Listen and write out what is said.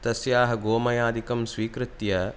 तस्याः गोमयादिकं स्वीकृत्य